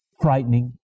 Frightening